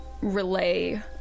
relay